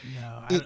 No